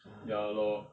ah